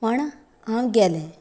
म्हण हांव गेले